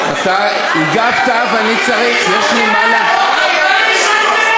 אתה הגבת, ואני צריך, לא היה דיון.